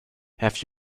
have